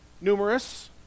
numerous